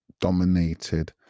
dominated